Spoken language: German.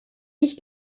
ich